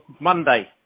Monday